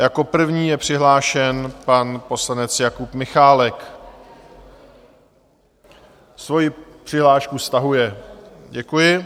Jako první je přihlášen pan poslanec Jakub Michálek svoji přihlášku stahuje, děkuji.